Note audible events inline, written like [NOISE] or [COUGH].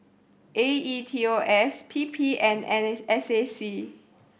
A E T O S P P and [UNINTELLIGIBLE] S A C